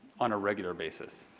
on a regular basis?